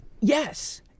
Yes